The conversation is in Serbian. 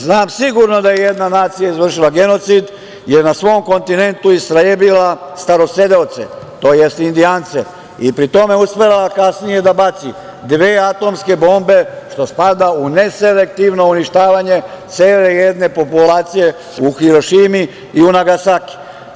Znam sigurno da je jedna nacija izvršila genocid, na svom kontinentu je istrebila starosedeoce, tj. indijance i pri tome uspela kasnije da baci dve atomske bombe, što spada u neselektivno uništavanje cele jedne populacije u Hirošimi i u Nagasakiju.